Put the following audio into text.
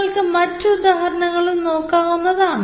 നിങ്ങൾക്ക് മറ്റു ഉദാഹരണങ്ങളും നോക്കാവുന്നതാണ്